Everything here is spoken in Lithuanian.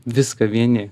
viską vieni